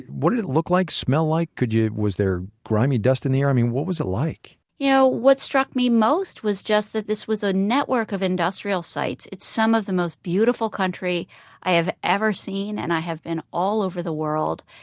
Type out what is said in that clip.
what did it look like, smell like? was there grimy dust in the air? i mean, what was it like? you know, what struck me most was just that this was a network of industrial sites. it's some of the most beautiful country i have ever seen. and i have been all over the world.